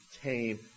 tame